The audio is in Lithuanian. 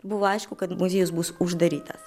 buvo aišku kad muziejus bus uždarytas